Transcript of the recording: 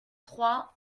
trois